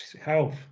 health